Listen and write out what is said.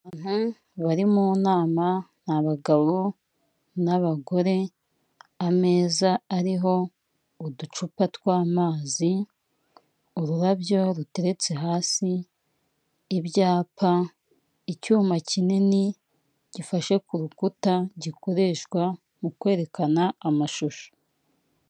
Aha abari mu nama ni bagabo n'abagore ameza ariho uducupa tw'amazi ururabyo ruteretse hasi, ibyapa icyuma kinini gifashe ku rukuta, gikoreshwa mu kwerekana amashusho.